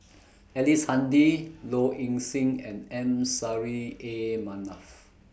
Ellice Handy Low Ing Sing and M Saffri A Manaf